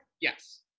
Yes